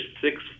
six